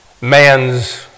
man's